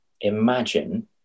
imagine